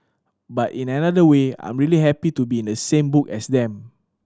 but in another way I'm really happy to be in the same book as them